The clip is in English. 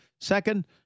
Second